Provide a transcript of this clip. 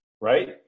right